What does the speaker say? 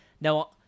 Now